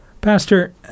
Pastor